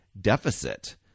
deficit